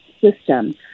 system